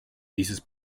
dieses